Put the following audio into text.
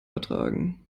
ertragen